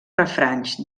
refranys